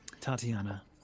Tatiana